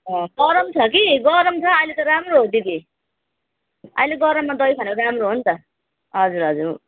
अँ गरम छ कि गरम छ अहिले त राम्रो हो दिदी अहिले गरममा दही खानु राम्रो हो नि त हजुर हजुर